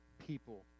people